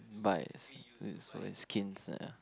buy it's it's for the skins ya